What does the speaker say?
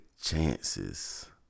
chances